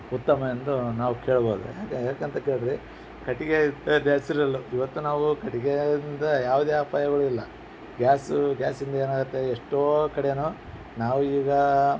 ಉತ್ತಮ ಎಂದು ನಾವು ಕೇಳ್ಬೌದು ಯಾಕಂತ ಕೇಳಿದ್ರೆ ಕಟ್ಟಿಗೆ ನ್ಯಾಚುರಲ್ಲು ಇವತ್ತು ನಾವು ಕಟ್ಟಿಗೆಯಿಂದ ಯಾವುದೇ ಅಪಾಯಗಳು ಇಲ್ಲ ಗ್ಯಾಸು ಗ್ಯಾಸಿಂದ ಏನಾಗುತ್ತೆ ಎಷ್ಟೋ ಕಡೆನೂ ನಾವು ಈಗ